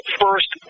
first